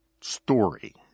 story